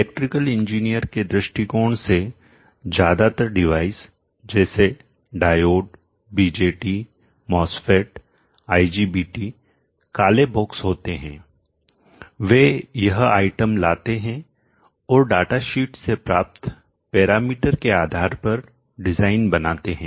electrical engineer के दृष्टिकोण से ज्यादातर डिवाइस जैसे डायोड बीजेटी मॉसफेट आईजीबीटी काले बॉक्स होते हैं वे यह आइटम लाते हैं और डाटा शीट से प्राप्त पैरामीटर के आधार पर डिजाइन बनाते हैं